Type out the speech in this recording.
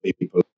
people